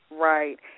Right